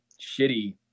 shitty